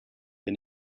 the